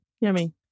yummy